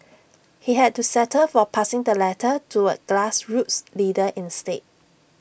he had to settle for passing the letter to A grassroots leader instead